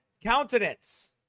countenance